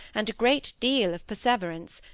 and a great deal of perseverance,